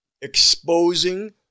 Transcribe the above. exposing